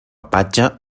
patge